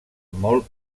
molt